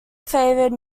favored